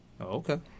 Okay